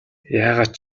яагаад